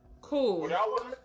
Cool